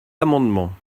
amendements